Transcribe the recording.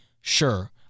Sure